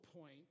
point